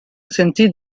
sentit